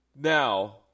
Now